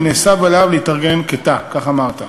ונאסר עליו להתארגן כ"תא" כך כתבת.